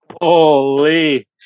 holy